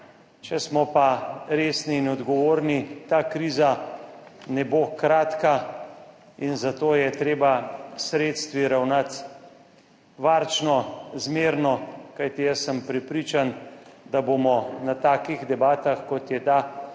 Če smo pa resni in odgovorni, ta kriza ne bo kratka in zato je treba s sredstvi ravnati varčno, zmerno, kajti jaz sem prepričan, da bomo na takih debatah, kot je ta,